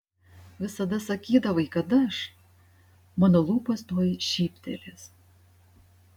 visada sakydavai kad aš mano lūpos tuoj šyptelės